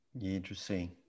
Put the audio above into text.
Interesting